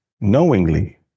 knowingly